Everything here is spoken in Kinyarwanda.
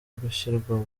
gushyirwa